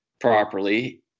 properly